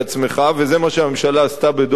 וזה מה שהממשלה עשתה בדוח-טרכטנברג,